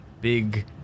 big